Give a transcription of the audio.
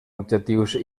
objectius